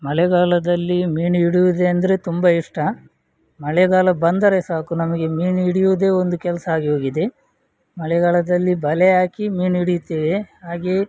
ಮಳೆಗಾಲದಲ್ಲಿ ಮೀನು ಹಿಡಿಯುವುದೇ ಅಂದರೆ ತುಂಬ ಇಷ್ಟ ಮಳೆಗಾಲ ಬಂದರೆ ಸಾಕು ನಮಗೆ ಮೀನು ಹಿಡಿಯುವುದೇ ಒಂದು ಕೆಲಸ ಆಗಿ ಹೋಗಿದೆ ಮಳೆಗಾಲದಲ್ಲಿ ಬಲೆ ಹಾಕಿ ಮೀನು ಹಿಡಿಯುತ್ತೇವೆ ಹಾಗೆಯೇ